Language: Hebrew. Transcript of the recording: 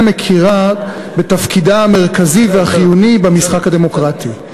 מכירה בתפקידה המרכזי והחיוני במשחק הדמוקרטי.